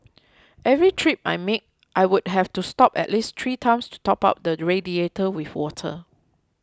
every trip I made I would have to stop at least three times to top up the radiator with water